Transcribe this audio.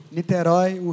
Niterói